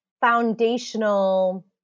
foundational